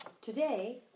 Today